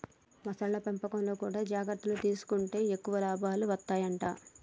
మొసళ్ల పెంపకంలో కూడా జాగ్రత్తలు తీసుకుంటే ఎక్కువ లాభాలు వత్తాయట